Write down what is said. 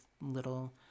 little